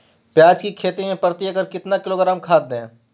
प्याज की खेती में प्रति एकड़ कितना किलोग्राम खाद दे?